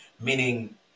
meaning